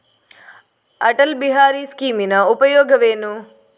ಅಟಲ್ ಬಿಹಾರಿ ಸ್ಕೀಮಿನ ಉಪಯೋಗವೇನು?